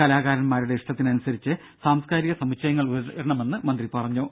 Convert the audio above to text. കലാകാരൻമാരുടെ ഇഷ്ടത്തിനനുസരിച്ച് സാംസ്കാരിക സമുച്ചയങ്ങൾ ഉയരണമെന്ന് മന്ത്രി പറഞ്ഞു